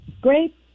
Great